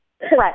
Correct